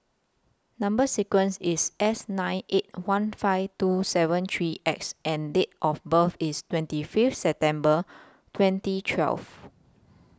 Number sequence IS S nine eight one five two seven three X and Date of birth IS twenty Fifth September twenty twelve